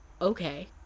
okay